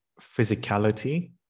physicality